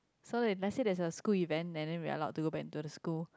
so they let's say there is a school event and then we are allowed to go back into the school